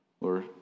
Lord